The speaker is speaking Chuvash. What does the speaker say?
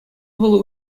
вӑл